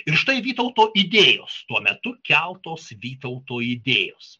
ir štai vytauto idėjos tuo metu keltos vytauto idėjos